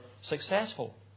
successful